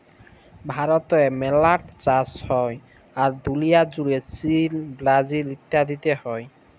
ভারতে মেলা ট চাষ হ্যয়, আর দুলিয়া জুড়ে চীল, ব্রাজিল ইত্যাদিতে হ্য়য়